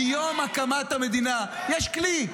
מיום הקמת המדינה יש כלי.